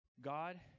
God